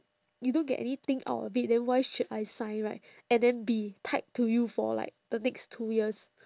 you don't get anything out of it then why should I sign right and then be tied to you for like the next two years